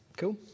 cool